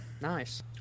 Nice